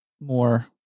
more